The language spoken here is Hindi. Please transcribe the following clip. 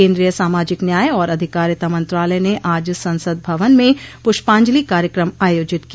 केन्द्रीय सामाजिक न्याय और आधिकारिता मंत्रालय ने आज संसद भवन में पुष्पांजलि कार्यक्रम आयोजित किया